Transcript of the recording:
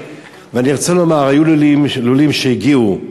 אני רוצה לומר שהיו לולים שהגיעו עם